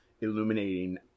illuminating